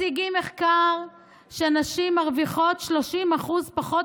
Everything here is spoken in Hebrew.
מציגים מחקר שנשים מרוויחות 30% פחות